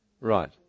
Right